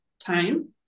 time